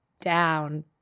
down